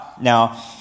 Now